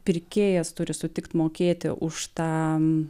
pirkėjas turi sutikti mokėti už tą